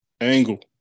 Angle